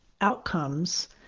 outcomes